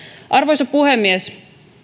arvoisa puhemies